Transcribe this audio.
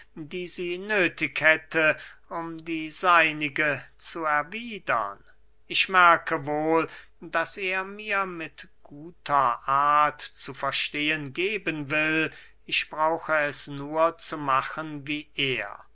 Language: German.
sie nöthig hätte um die seinige zu erwiedern ich merke wohl daß er mir mit guter art zu verstehen geben will ich brauche es nur zu machen wie er